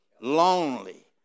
lonely